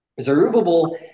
Zerubbabel